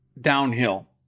downhill